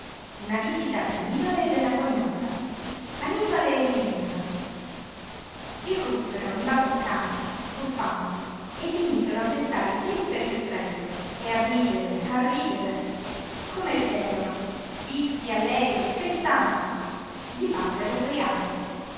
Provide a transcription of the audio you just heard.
una visita d'annibale e della cognata annibale e lillina irruppero imbacuccati sbuffanti e si misero a pestare i piedi per il freddo e a ridere a ridere come ridevano vispi allegri festanti gli parvero ubriachi